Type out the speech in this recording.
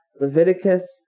Leviticus